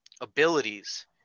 abilities